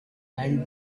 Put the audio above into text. and